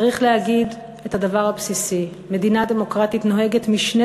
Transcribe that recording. צריך להגיד את הדבר הבסיסי: מדינה דמוקרטית נוהגת משנה